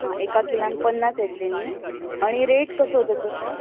एका किलान पन्नास येतले न्हय आनी रेट कसो ताचो तो